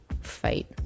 fight